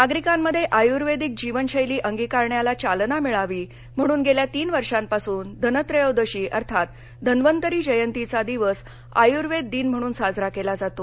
नागरिकांमध्ये आयूर्वेदिक जीवनशैली अंगीकारण्याला चालना मिळावी म्हणून गेल्या तीन वर्षापासून धनत्रयोदशी अर्थात धन्वंतरी जयंतीचा दिवस आयुर्वेद दिन म्हणून साजरा केला जातो